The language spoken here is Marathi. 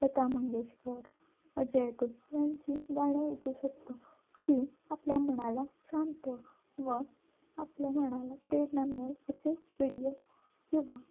लता मंगेशकर अजय अतुल यांची गाणे ऐकू शकतो की आपल्या मनाला शांत व आपल्या मनाला प्रेरणा मिळेल असे व्हिडिओ किंवा